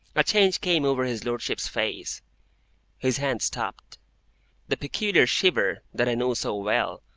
a change came over his lordship's face his hand stopped the peculiar shiver, that i knew so well,